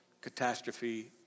catastrophe